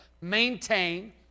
maintain